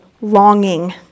longing